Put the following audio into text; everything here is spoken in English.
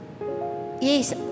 yes